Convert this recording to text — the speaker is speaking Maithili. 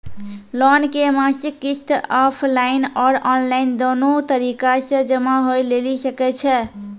लोन के मासिक किस्त ऑफलाइन और ऑनलाइन दोनो तरीका से जमा होय लेली सकै छै?